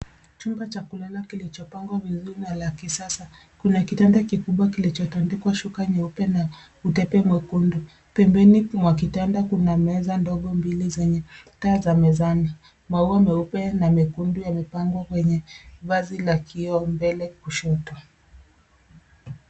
Chumba cha kulala kilichopangwa vizuri na ya kisasa Kuna kitanda kikubwa kilichotandikwa shuka nyeupe na utepe mwekundu. Pembeni mwa kitanda kuna meza ndogo mbili zenye taa za mezani. Maua meupe na mekundu yamepangwa kwenye vazi la kioo mbele kushoto.